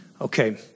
Okay